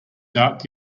dark